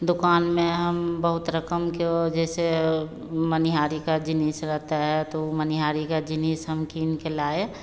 दुक़ान में हम बहुत रकम की वज़ह से मनिहारी का जीनिस रहता है तो मनिहारी का जीनिस हम कीन कर लाए